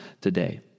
today